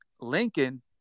Lincoln